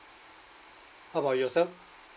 how about yourself